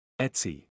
Etsy